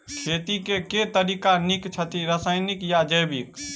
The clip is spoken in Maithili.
खेती केँ के तरीका नीक छथि, रासायनिक या जैविक?